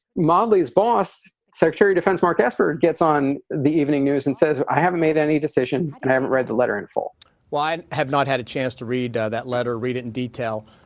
mollie's boss, secretary defense mark s four, gets on the evening news and says, i haven't made any decision and i haven't read the letter in full while i have not had a chance to read ah that letter, read it in detail.